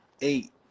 eight